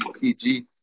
PG